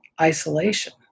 isolation